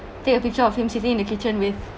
take a picture of him sitting in the kitchen with